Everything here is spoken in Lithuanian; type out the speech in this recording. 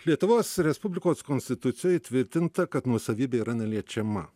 lietuvos respublikos konstitucijoj įtvirtinta kad nuosavybė yra neliečiama